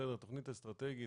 התכנית האסטרטגית,